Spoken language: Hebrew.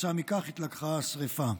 כתוצאה מכך התלקחה השרפה.